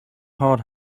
hard